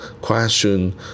question